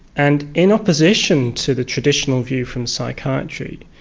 and in opposition to the traditional view from psychiatry,